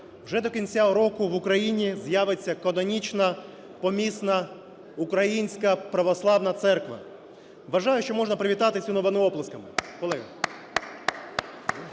вже до кінця року в Україні з'явиться канонічна помісна українська православна церква. Вважаю, що можна привітати цю новину оплесками,